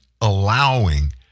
allowing